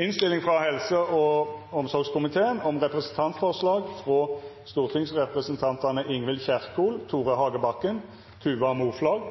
ønske frå helse- og omsorgskomiteen vil presidenten føreslå at taletida vert avgrensa til 3 minutt til kvar partigruppe og